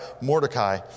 Mordecai